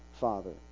Father